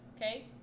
okay